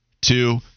two